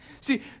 See